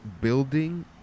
building